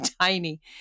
tiny